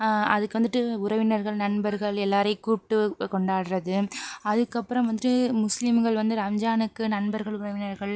அதுக்கு வந்துட்டு உறவினர்கள் நண்பர்கள் எல்லோரையும் கூப்பிட்டு கொண்டாடுறது அதுக்கப்புறம் வந்துட்டு முஸ்லீம்கள் வந்து ரம்ஜானுக்கு நண்பர்கள் உறவினர்கள்